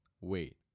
Wait